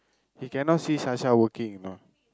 he cannot see Sasha working you know